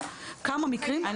כמה מתוך 16 המקרים.